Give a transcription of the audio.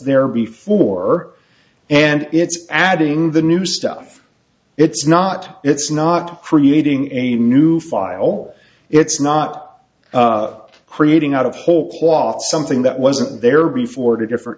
there before and it's adding the new stuff it's not it's not creating a new file it's not creating out of whole cloth something that wasn't there before to different